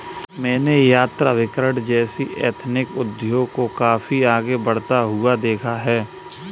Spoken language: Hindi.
मैंने यात्राभिकरण जैसे एथनिक उद्योग को काफी आगे बढ़ता हुआ देखा है